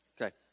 Okay